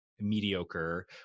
Mediocre